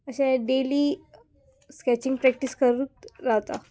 अशें daily sketching practice करूत रावतां